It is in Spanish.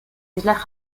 islas